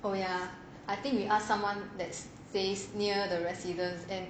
oh ya I think we ask someone that stays near the residence and